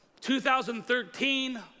2013